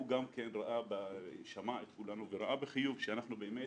הוא שמע את כולנו וראה בחיוב שאנחנו באמת